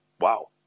wow